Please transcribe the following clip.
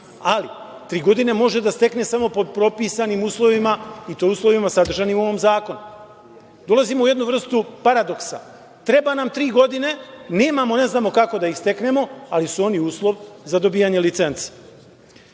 ali tri godine može da stekne samo pod propisanim uslovima i to uslovima sadržanim u ovom zakonu. Dolazimo u jednu vrstu paradoksa, treba nam tri godine, nemamo, ne znamo kako da ih steknemo ali su oni uslov za dobijanje licence.